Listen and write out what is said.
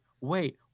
wait